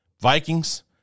Vikings